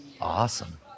Awesome